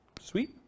Sweet